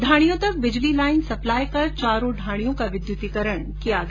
ढाणियों तक बिजली line supply कर चारों ढाणियों का विद्युतीकरण किया गया